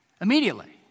immediately